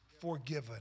forgiven